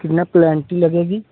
कितनी पलेन्टी लगेगी